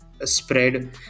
spread